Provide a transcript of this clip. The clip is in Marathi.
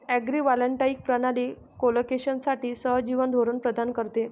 अग्रिवॉल्टाईक प्रणाली कोलोकेशनसाठी सहजीवन धोरण प्रदान करते